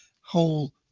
whole